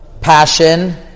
passion